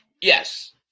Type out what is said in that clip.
yes